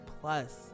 plus